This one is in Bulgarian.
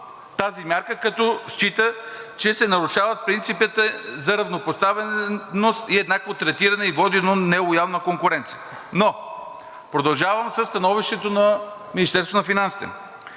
тази мярка, като счита, че се нарушават принципите за равнопоставеност и еднакво третиране и води до нелоялна конкуренция. Продължавам със становището на Министерството на финансите.